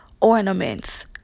ornaments